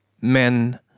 men